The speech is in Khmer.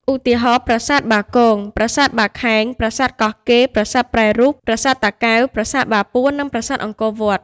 ឧទាហរណ៍៖ ប្រាសាទបាគង ប្រាសាទបាខែង ប្រាសាទកោះកេរ ប្រាសាទប្រែរូប ប្រាសាទតាកែវ ប្រាសាទបាពួន និងប្រាសាទអង្គរវត្ត។